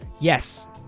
yes